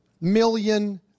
million